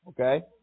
okay